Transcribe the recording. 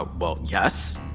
um well, yes.